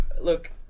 Look